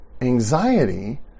Anxiety